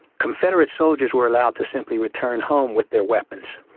confederate soldiers were allowed to simply return home with their weapons.